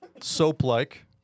Soap-like